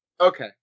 okay